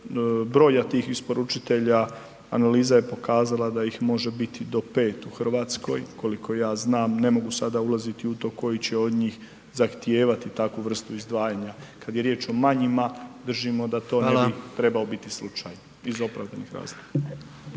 broja tih isporučitelja, analiza je pokazala da ih može biti do 5 u Hrvatskoj, koliko ja znam, ne mogu sada ulaziti u to koji će od njih zahtijevati takvu vrstu izdvajanja. Kad je riječ o manjima, držimo da to .../Upadica: Hvala./... ne bi trebao biti slučaj iz opravdanih razloga.